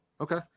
Okay